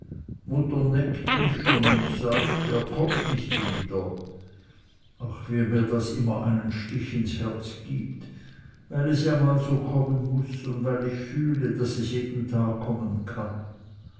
mutter neckt mich schon und sagt er kommt nicht wieder ach wie mir das immer einen stich ins herz gibt weil es ja mal so kommen muß und weil ich fühle daß es jeden tag kommen kann